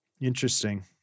Interesting